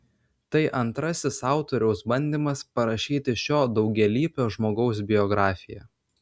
tai antrasis autoriaus bandymas parašyti šio daugialypio žmogaus biografiją